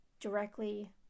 directly